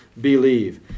believe